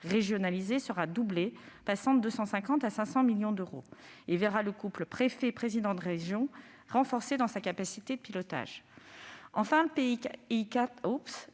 régionalisée sera doublée, passant de 250 à 500 millions d'euros ; le couple préfet-président de région se verra renforcé dans sa capacité de pilotage. Enfin, le PIA 4